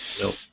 Nope